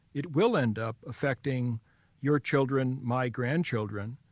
it will end up affecting your children, my grandchildren.